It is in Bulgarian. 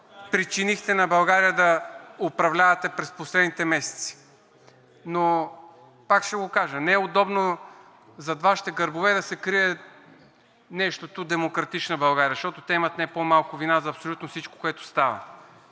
причинихте на България – да управлявате през последните месеци. Пак ще го кажа – не е удобно зад Вашите гърбове да се крие нещо „Демократична България“. Защото те имат не по-малко вина за абсолютно всичко, което става.